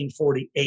1948